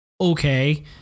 Okay